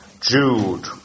Jude